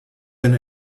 been